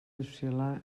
oscil·lar